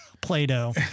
Play-Doh